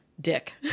dick